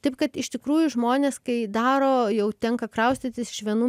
taip kad iš tikrųjų žmonės kai daro jau tenka kraustytis iš vienų